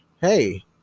Hey